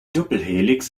doppelhelix